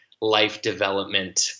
life-development